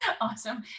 Awesome